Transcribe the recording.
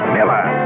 Miller